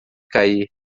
cair